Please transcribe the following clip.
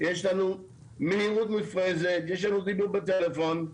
מהירות מופרזת, דיבור בטלפון,